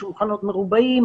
שולחנות מרובעים,